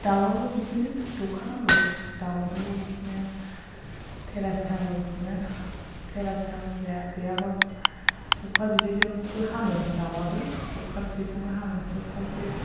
दाउआबो बिदिनो दौखानांगौ दाउनोबो बिदिनो पेरासिटाम'लखौनो पेरासिटाम'ल गैयाबाबो सबखा बिदैजोंबो हामो दाउआबो सबखा बिदैजोंबो हामो